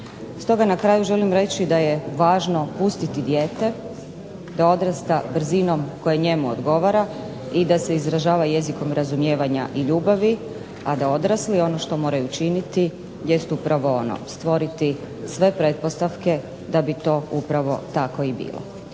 Stoga na kraju želim reći da je važno pustiti dijete da odrasta brzinom koje njemu odgovara i da se izražava jezikom razumijevanja i ljubavi, a da odrasli ono što moraju činiti jest upravo ono: stvoriti sve pretpostavke da bi to upravo tako i bilo.